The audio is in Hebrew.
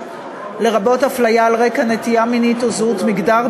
לרבות הפליה על רקע נטייה מינית וזהות מגדר,